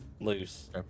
loose